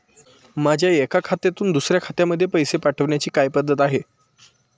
माझ्या एका खात्यातून दुसऱ्या खात्यामध्ये पैसे पाठवण्याची काय पद्धत आहे?